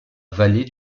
vallée